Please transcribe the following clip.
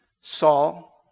Saul